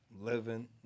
living